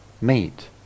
meet